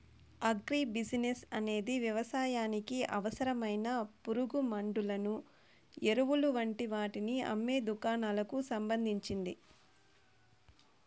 agri business అనేది వ్యవసాయానికి అవసరమైన పురుగుమండులను, ఎరువులు వంటి వాటిని అమ్మే దుకాణాలకు సంబంధించింది